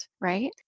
right